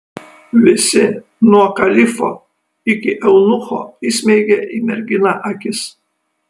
visi nuo kalifo iki eunucho įsmeigė į merginą akis